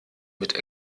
mit